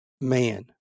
man